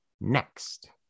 next